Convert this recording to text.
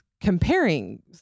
comparing